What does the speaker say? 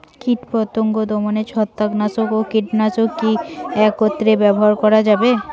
কীটপতঙ্গ দমনে ছত্রাকনাশক ও কীটনাশক কী একত্রে ব্যবহার করা যাবে?